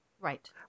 Right